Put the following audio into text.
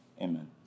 Amen